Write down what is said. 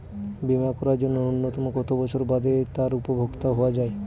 বীমা করার জন্য ন্যুনতম কত বছর বাদে তার উপভোক্তা হওয়া য়ায়?